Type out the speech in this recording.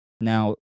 Now